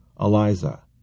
Eliza